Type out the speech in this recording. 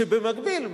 כשבמקביל,